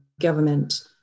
government